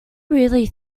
really